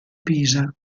pisa